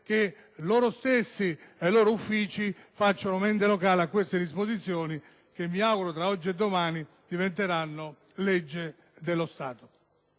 che essi stessi ed i loro uffici facciano mente locale a queste disposizioni che, mi auguro, tra oggi e domani diventeranno legge dello Stato.